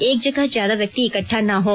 एक जगह ज्यादा व्यक्ति इकट्ठा ना हों